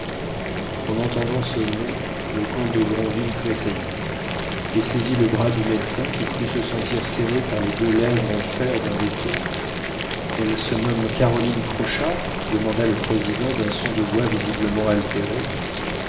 en entendant ce nom le comte de granville tressaillit et saisit le bras du médecin qui crut se sentir serré par les deux lèvres en fer d'un étau elle se nomme caroline crochard demanda le président d'un son de voix visiblement altérée